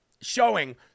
showing